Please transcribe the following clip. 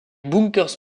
bunkers